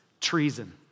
treason